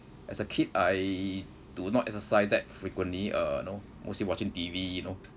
as a kid I do not exercise that frequently uh you know mostly watching T_V you know